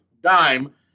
dime –